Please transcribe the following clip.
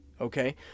Okay